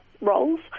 roles